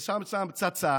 לשים שם פצצה,